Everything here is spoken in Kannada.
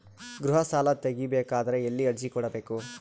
ಗೃಹ ಸಾಲಾ ತಗಿ ಬೇಕಾದರ ಎಲ್ಲಿ ಅರ್ಜಿ ಕೊಡಬೇಕು?